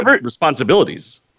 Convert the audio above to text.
responsibilities